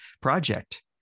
project